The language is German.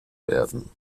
werden